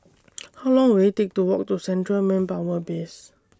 How Long Will IT Take to Walk to Central Manpower Base